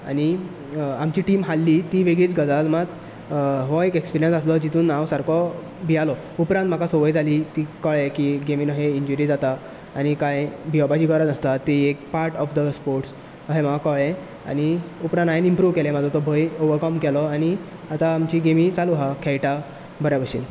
आनी आमची टीम हारली ती वेगळीच गजाल मात हो एक एक्सपिरियंस आसलो जातूंत हांव मात सारको भियेलो उपरांत म्हाका संवय जाली ती केळ्ळें की गेमींत अश्यो इंजरी जाता आनी कांय भियेवपाची गरज नासता ती एक पार्ट ऑफ द स्पोर्ट्स अशें म्हाका कळ्ळें आनी उपरांत हांवे इंप्रूव केलें म्हजो तो भंय ओवरकम केलो आनी आतां आमची गेमी चालू हा खेळटा बऱ्या भशेन